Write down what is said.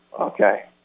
Okay